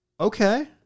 Okay